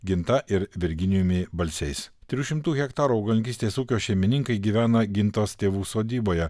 ginta ir virginijumi balsiais trijų šimtų hektarų augalininkystės ūkio šeimininkai gyvena gintos tėvų sodyboje